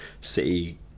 City